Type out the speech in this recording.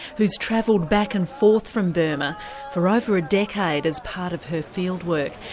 who's travelled back and forth from burma for over a decade as part of her fieldwork.